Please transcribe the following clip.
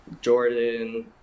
Jordan